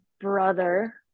brother